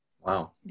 Wow